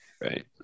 Right